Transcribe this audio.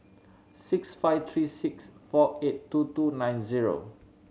six five three six four eight two two nine zero